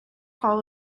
hall